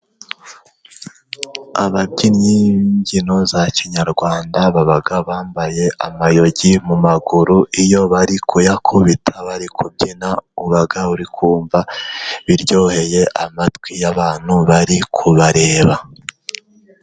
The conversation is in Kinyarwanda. Ababyinnyi b'imbyino za kinyarwanda baba bambaye amayugi mu maguru, iyo bari kuyakubita bari kubyina, uba uri kumva biryoheye amatwi y'abantu bari kubareba.